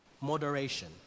moderation